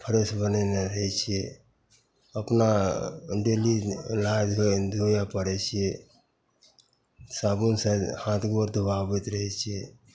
fresh बनेने रहै छिए अपना डेली नहै नहै धोए पड़ै छिए साबुनसे हाथ गोड़ धोआबैत रहै छिए